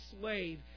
slave